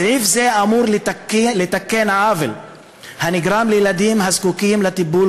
סעיף זה אמור לתקן עוול הנגרם לילדים הזקוקים לטיפול